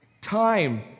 time